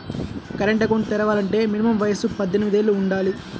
current account తెరవాలంటే minimum వయసు పద్దెనిమిది యేళ్ళు వుండాలి